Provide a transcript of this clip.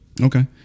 Okay